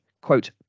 quote